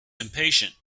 impatient